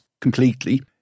completely